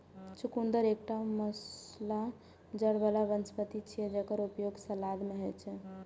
चुकंदर एकटा मूसला जड़ बला वनस्पति छियै, जेकर उपयोग सलाद मे होइ छै